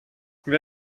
wer